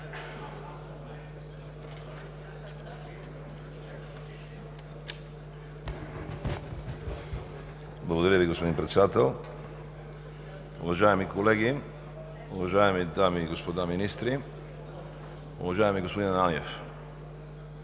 Благодаря Ви, господин Председател. Уважаеми колеги, уважаеми дами и господа министри, уважаеми господин Ананиев!